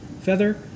feather